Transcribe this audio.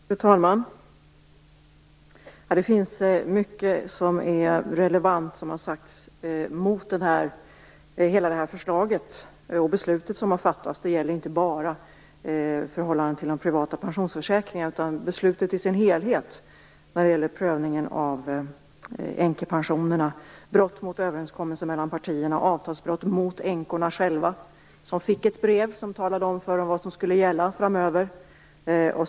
Fru talman! Det har sagts mycket som är relevant mot det beslut som har fattas. Det gäller inte förhållandet till de privata pensionsförsäkringarna, utan det gäller beslutet i dess helhet i fråga om prövningen av änkepensionerna. Det gäller brott mot överenskommelse mellan partierna och avtalsbrott mot änkorna själva. De fick ett brev som talade om för dem vad som skulle gälla framöver.